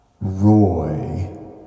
Roy